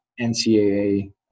NCAA